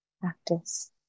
practice